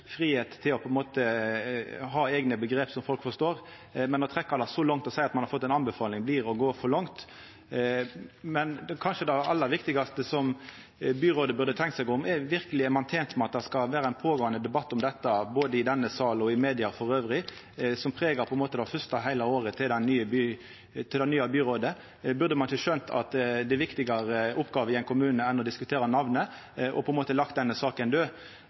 til å ha eigne omgrep som folk forstår. Men å trekkja det så langt og seia at ein har fått ei anbefaling, er å gå for langt. Det kanskje aller viktigaste som byrådet burde tenkt på, er om ein verkeleg er tent med at det skal vera ein pågåande debatt om dette både i denne salen og i media elles, som på ein måte pregar heile det første året til det nye byrådet. Burde ein ikkje ha skjønt at det er viktigare oppgåver i ein kommune enn å diskutera namnet, og ha lagt denne saka